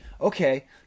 okay